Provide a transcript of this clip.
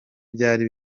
byari